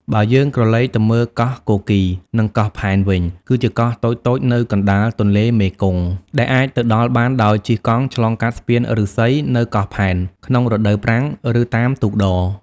បើយើងក្រឡេកទៅមើល កោះគគីរ និងកោះផែនវិញ គឺជាកោះតូចៗនៅកណ្តាលទន្លេមេគង្គ ដែលអាចទៅដល់បានដោយជិះកង់ឆ្លងកាត់ស្ពានឫស្សី នៅកោះផែន ក្នុងរដូវប្រាំង ឬតាមទូកដ។